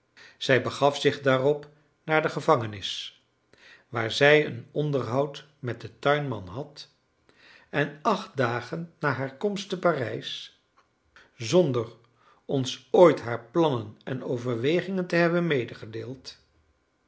zij begaf zich daarop naar de gevangenis waar zij een onderhoud met den tuinman had en acht dagen na haar komst te parijs zonder ons ooit haar plannen en overwegingen te hebben